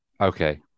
Okay